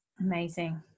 Amazing